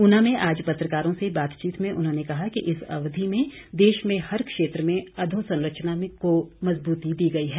ऊना में आज पत्रकारों से बातचीत में उन्होंने कहा कि इस अवधि में देश में हर क्षेत्र में अधोसरंचना को मजबूती दी गई है